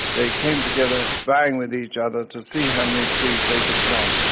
they came together, vying with each other to see how many trees they could plant.